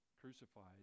crucified